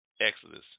Exodus